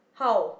how